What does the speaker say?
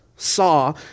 Saw